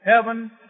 heaven